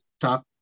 top